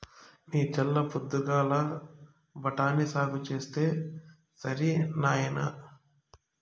నీ చల్ల పొద్దుగాల బఠాని సాగు చేస్తే సరి నాయినా